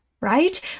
right